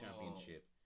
Championship